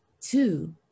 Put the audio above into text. Two